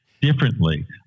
differently